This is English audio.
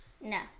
No